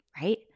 right